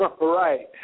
Right